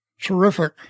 terrific